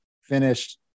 finished